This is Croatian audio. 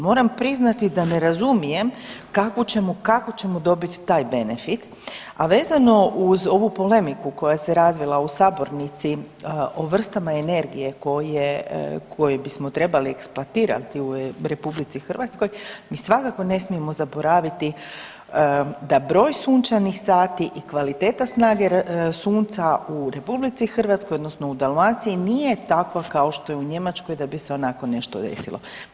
Moram priznati da ne razumijem kako ćemo dobiti taj benefit, a vezano uz ovu polemiku koja se razvila u sabornici o vrstama energije koje bismo trebali eksploatirati u RH, mi svakako ne smijemo zaboraviti da broj sunčanih sati i kvaliteta snage sunca u RH, odnosno u Dalmaciji nije takva kao što je u Njemačkoj da bi se onako nešto desilo.